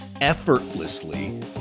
effortlessly